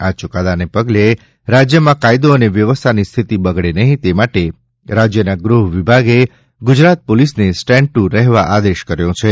આ ચુકાદાને પગલે રાજ્યમાં કાયદો અને વ્યવસ્થાની સ્થિતિ બગડે નહીં તે માટે રાજ્યના ગૃહ વિભાગે ગુજરાત પોલીસને સ્ટેન્ડ ટુ રહેવા આદેશ કર્યો છે